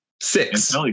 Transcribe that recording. Six